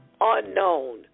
unknown